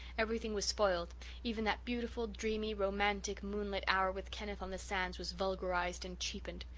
everything was spoiled even that beautiful, dreamy, romantic, moonlit hour with kenneth on the sands was vulgarized and cheapened.